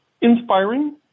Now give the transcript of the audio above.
inspiring